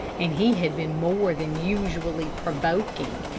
and he had been more than usually provoking,